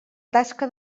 tasca